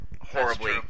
horribly